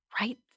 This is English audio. right